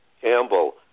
Campbell